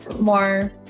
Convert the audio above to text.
more